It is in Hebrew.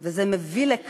זה הזוי, וזה מביא לכך